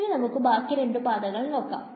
ഇനി നമുക്ക് ബാക്കി രണ്ട് പാതകൾ നോക്കാം